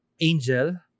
angel